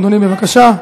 אדוני, בבקשה.